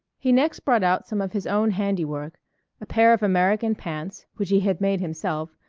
he next brought out some of his own handiwork a pair of american pants which he had made himself,